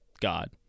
God